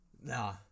Nah